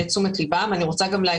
אידוי זה